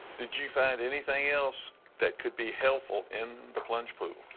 did you find anything else that could be helpful in the plunge pool?